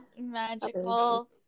magical